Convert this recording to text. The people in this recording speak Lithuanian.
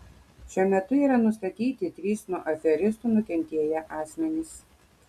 šiuo metu yra nustatyti trys nuo aferistų nukentėję asmenys